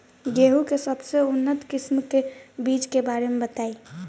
गेहूँ के सबसे उन्नत किस्म के बिज के बारे में बताई?